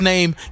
name